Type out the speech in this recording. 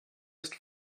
ist